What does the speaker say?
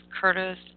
curtis